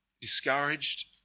discouraged